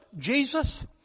Jesus